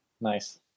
Nice